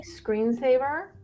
screensaver